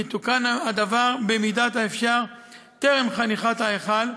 יתוקן הדבר במידת האפשר טרם חניכת ההיכל.